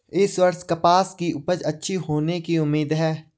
इस वर्ष कपास की उपज अच्छी होने की उम्मीद है